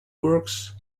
works